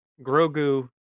Grogu